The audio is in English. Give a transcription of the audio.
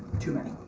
too many.